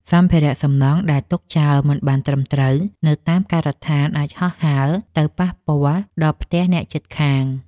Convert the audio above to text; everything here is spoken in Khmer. សម្ភារៈសំណង់ដែលទុកចោលមិនបានត្រឹមត្រូវនៅតាមការដ្ឋានអាចនឹងហោះហើរទៅប៉ះពាល់ដល់ផ្ទះអ្នកជិតខាង។